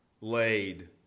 laid